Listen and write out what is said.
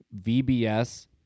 VBS